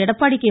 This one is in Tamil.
எடப்பாடி கே